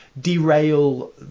derail